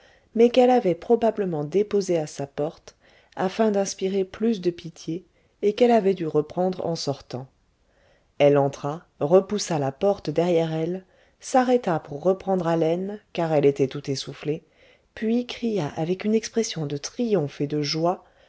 mais qu'elle avait probablement déposée à sa porte afin d'inspirer plus de pitié et qu'elle avait dû reprendre en sortant elle entra repoussa la porte derrière elle s'arrêta pour reprendre haleine car elle était tout essoufflée puis cria avec une expression de triomphe et de joie